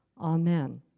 Amen